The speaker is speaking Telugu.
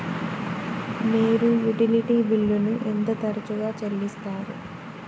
మీరు యుటిలిటీ బిల్లులను ఎంత తరచుగా చెల్లిస్తారు?